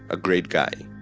a great guy.